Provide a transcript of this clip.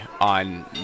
on